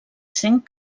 sent